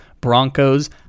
Broncos